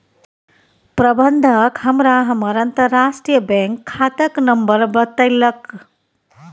प्रबंधक हमरा हमर अंतरराष्ट्रीय बैंक खाताक नंबर बतेलक